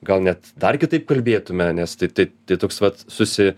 gal net dar kitaip kalbėtume nes tai tai toks vat susi